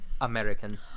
American